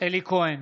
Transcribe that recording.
אלי כהן,